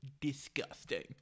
disgusting